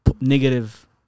negative